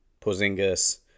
Porzingis